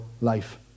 life